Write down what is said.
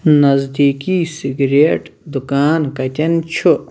نزدیٖکی سگریٹ دُکان کَتؠن چھُ